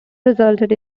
resulted